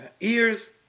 ears